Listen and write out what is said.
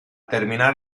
terminar